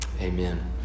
amen